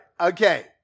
Okay